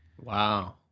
Wow